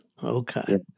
Okay